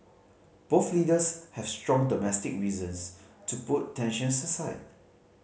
both leaders have strong domestic reasons to put tensions aside